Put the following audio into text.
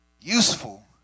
useful